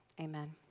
Amen